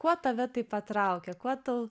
kuo tave tai patraukė kuo tau